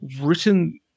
written